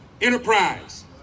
enterprise